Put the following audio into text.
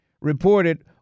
reported